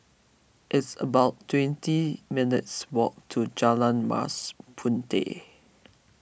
it's about twenty minutes' walk to Jalan Mas Puteh